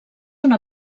una